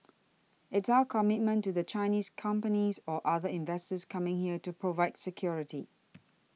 it's our commitment to the Chinese companies or other investors coming there to provide security